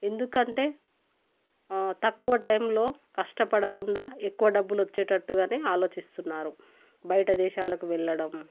ఎందుకంటే తక్కువ టైంలో కష్టపడకుండా ఎక్కువ డబ్బులు వచ్చేటట్టుగానే ఆలోచిస్తున్నారు బయట దేశాలకు వెళ్ళడం